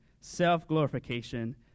self-glorification